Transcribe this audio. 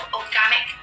organic